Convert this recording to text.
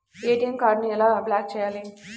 ATM కార్డుని ఎలా block చేయాలి?